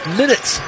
minutes